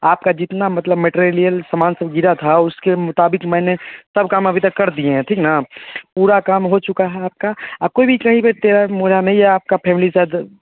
आपका जितना मतलब मेटेरियल समान सब गिरा था उसके मुताबिक़ मैंने सब काम अभी तक कर दिए हैं ठीक ना पूरा काम हो चुका है आपका आप कोई भी कहीं पर नहीं है आपकी फैमली सब